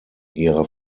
ihrer